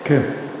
כן.